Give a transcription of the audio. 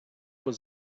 was